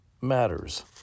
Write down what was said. matters